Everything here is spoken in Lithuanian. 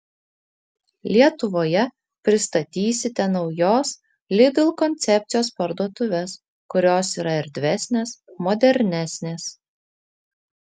lietuvoje pristatysite naujos lidl koncepcijos parduotuves kurios yra erdvesnės modernesnės